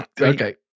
Okay